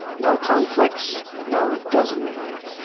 no conflicts? no, it doesn't mean that.